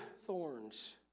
thorns